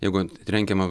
jeigu trenkiama